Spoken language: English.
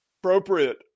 appropriate